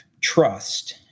trust